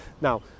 Now